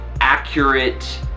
accurate